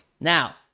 Now